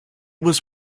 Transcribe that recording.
was